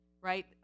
Right